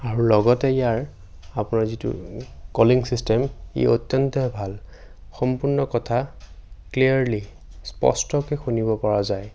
আৰু লগতে ইয়াৰ আপোনাৰ যিটো কলিং ছিষ্টেম ই অত্যন্ত ভাল সম্পূৰ্ণ কথা ক্লীয়াৰলি স্পষ্টকৈ শুনিব পৰা যায়